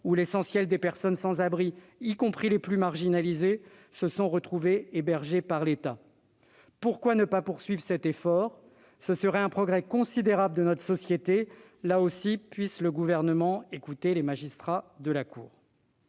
où l'essentiel des personnes sans abri, y compris les plus marginalisées, se sont retrouvées hébergées par l'État. » Pourquoi ne pas poursuivre cet effort ? Ce serait un progrès considérable de notre société. Là encore, puisse le Gouvernement écouter les magistrats de la Cour